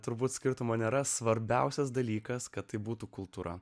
turbūt skirtumo nėra svarbiausias dalykas kad tai būtų kultūra